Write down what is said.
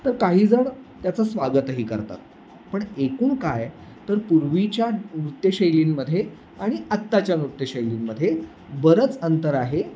तर काहीजण त्याचं स्वागतही करतात पण एकूण काय तर पूर्वीच्या नृत्यशैलींमध्ये आणि आताच्या नृत्यशैलींमध्ये बरंच अंतर आहे